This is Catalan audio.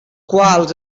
quals